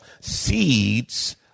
seeds